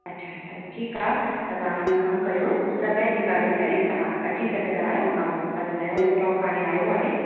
अच्छा अच्छा ठीकु आहे त तव्हां हिकु कमु कयो समय निकारे करे तव्हां अची सघंदा आहियो ऐं असांजो नओं स्टॉक हाणे आयो आहे